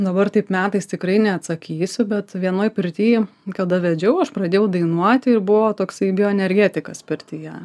dabar taip metais tikrai neatsakysiu bet vienoj pirty kada vedžiau aš pradėjau dainuoti ir buvo toksai bioenergetikas pirtyje